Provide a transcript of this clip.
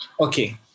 Okay